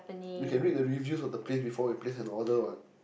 you can read the review of the place before you place an order what